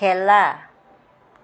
খেলা